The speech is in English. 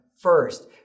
first